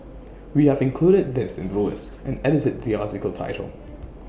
we have included this in the list and edited the article title